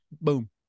boom